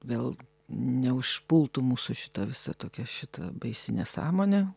vėl neužpultų mūsų šita visa tokia šita baisi nesąmonė